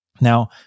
Now